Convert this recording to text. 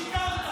--- ששיקרת.